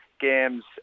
games